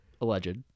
alleged